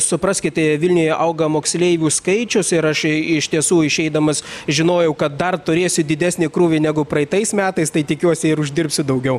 supraskit vilniuje auga moksleivių skaičius ir aš iš tiesų išeidamas žinojau kad dar turėsiu didesnį krūvį negu praeitais metais tai tikiuosi ir uždirbsiu daugiau